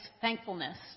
thankfulness